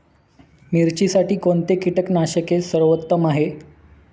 मिरचीसाठी कोणते कीटकनाशके सर्वोत्तम आहे?